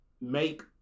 make